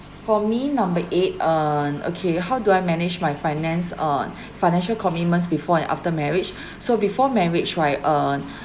for me number eight uh okay how do I manage my finance on financial commitments before and after marriage so before marriage right uh